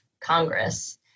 Congress